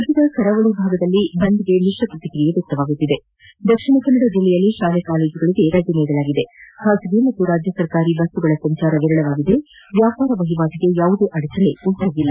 ರಾಜ್ಯದ ಕರಾವಳಿಯಲ್ಲಿ ಮಿಶ್ರ ಪ್ರಕ್ರಿಯೆ ವ್ಯಕ್ತವಾಗಿದೆ ದಕ್ಷಿಣ ಕನ್ನಡ ಜಿಲ್ಲೆಯಲ್ಲಿ ತಾಲಾ ಕಾಲೇಜುಗಳಿಗೆ ರಜೆ ಘೋಷಿಸಲಾಗಿದೆ ಖಾಸಗಿ ಹಾಗೂ ರಾಜ್ಯ ಸರಕಾರಿ ಬಸ್ಗಳ ಸಂಚಾರ ವಿರಳವಾಗಿತ್ತು ವ್ಯಾಪಾರ ವಹಿವಾಟಿಗೆ ಯಾವುದೇ ಅಡಚಣೆ ಉಂಟಾಗಿಲ್ಲ